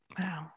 wow